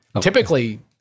Typically